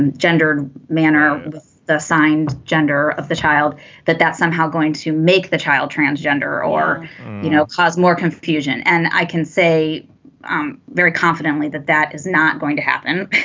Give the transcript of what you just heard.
and gendered manner the the signed gender of the child that that's somehow going to make the child transgender or you know cause more confusion. and i can say um very confidently that that is not going to happen.